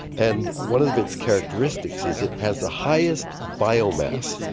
and one of its characteristics is it has the highest biomass,